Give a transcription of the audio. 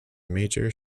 major